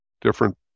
different